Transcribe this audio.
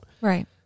Right